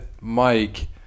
Mike